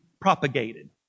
propagated